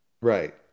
Right